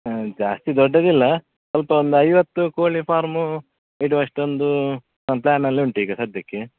ಹಾಂ ಜಾಸ್ತಿ ದೊಡ್ಡದಿಲ್ಲ ಸ್ವಲ್ಪ ಒಂದು ಐವತ್ತು ಕೋಳಿ ಫಾರ್ಮ್ ಇಡುವಷ್ಟು ಒಂದು ಪ್ಲ್ಯಾನಲ್ಲಿ ಉಂಟು ಈಗ ಸದ್ಯಕ್ಕೆ